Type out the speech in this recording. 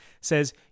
says